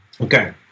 okay